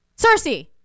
Cersei